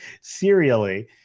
serially